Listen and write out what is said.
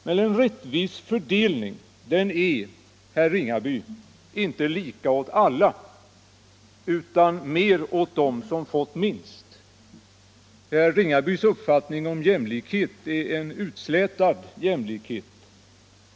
Men en rättvis fördelning, herr Ringaby, är inte detsamma som lika åt alla, utan det är mer åt dem som tidigare fått minst. Herr Ringabys uppfattning om jämlikhet är en utslätad jämlikhet.